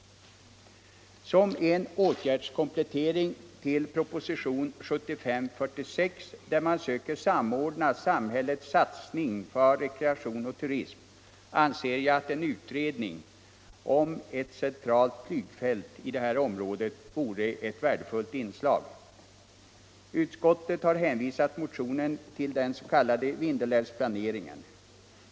Som en åtgärdskomplettering till propositionen 46 år 1975, där man söker samordna samhällets satsning för rekreation och turism, anser jag att en utredning om ett centralt flygfält i området vore ett värdefullt inslag. Utskottet har hänvisat motionen till den s.k. Vindelälvsplaneringen.